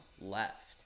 left